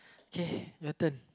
K your turn